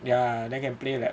ya then can play like